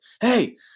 Hey